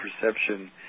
perception